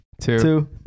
two